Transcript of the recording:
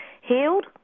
healed